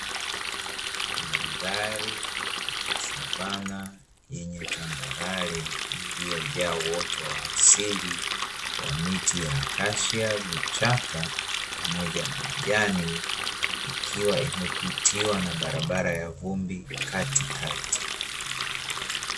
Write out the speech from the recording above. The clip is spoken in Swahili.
Mandhari ya Savana yenye tambarale, iliyojaa uoto wa asili wa miti ya akashia vichaka pamoja na majani, ikiwa imepitiwa na Barabara ya vumbi katikati.